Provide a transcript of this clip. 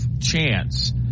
chance